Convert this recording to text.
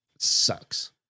sucks